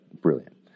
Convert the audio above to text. brilliant